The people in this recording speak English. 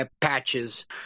patches